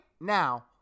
now